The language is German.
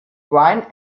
brian